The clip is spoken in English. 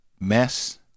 mess